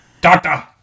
Doctor